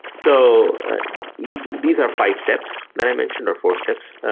so yeah these are five steps that i mentioned, or four steps.